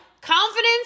Confidence